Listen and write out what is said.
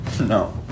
No